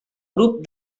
grup